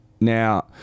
Now